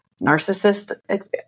Narcissist